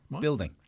building